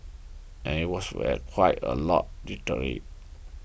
and it was quite a lot literally